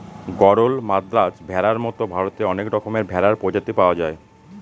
গরল, মাদ্রাজ ভেড়ার মতো ভারতে অনেক রকমের ভেড়ার প্রজাতি পাওয়া যায়